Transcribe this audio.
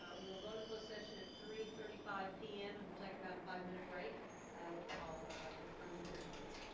ah we'll go into closed session at three thirty five pm and we'll take about a five minute break while the room clears please.